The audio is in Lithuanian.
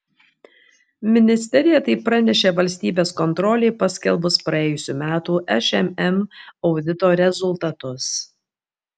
ministerija tai pranešė valstybės kontrolei paskelbus praėjusių metų šmm audito rezultatus